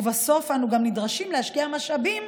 ובסוף אנו גם נדרשים להשקיע משאבים